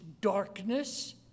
darkness